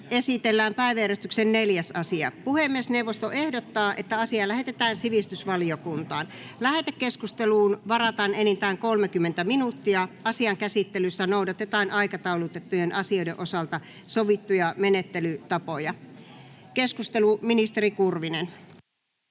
esitellään päiväjärjestyksen 4. asia. Puhemiesneuvosto ehdottaa, että asia lähetetään sivistysvaliokuntaan. Lähetekeskusteluun varataan enintään 30 minuuttia. Asian käsittelyssä noudatetaan aikataulutettujen asioiden osalta sovittuja menettelytapoja. — Ministeri Kurvinen.